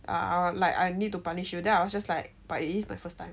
ah like I need to punish you then I was just like but it is my first time